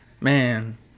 man